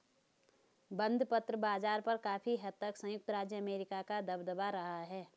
बंधपत्र बाज़ार पर काफी हद तक संयुक्त राज्य अमेरिका का दबदबा रहा है